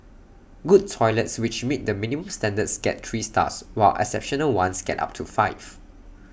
good toilets which meet the minimum standards get three stars while exceptional ones get up to five